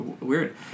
weird